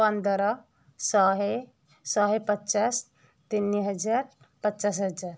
ପନ୍ଦର ଶହେ ଶହେ ପଚାଶ ତିନି ହଜାର ପଚାଶ ହଜାର